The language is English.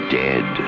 dead